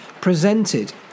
presented